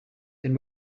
then